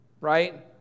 Right